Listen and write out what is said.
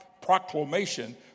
proclamation